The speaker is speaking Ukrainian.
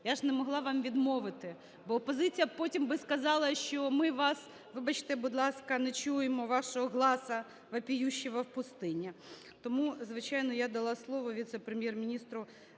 Я ж не могла вам відмовити, бо опозиція потім би сказала, що ми вас, вибачте, будь ласка, не чуємо, вашого гласу вопиющего в пустыне. Тому, звичайно, я дала слово віце-прем'єр-міністру